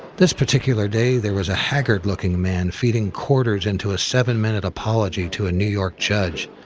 this particular day, there was a haggard looking man feeding quarters into a seven minute apology to a new york judge.